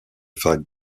fact